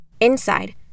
Inside